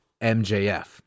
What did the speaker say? MJF